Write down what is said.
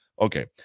okay